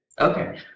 Okay